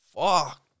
Fuck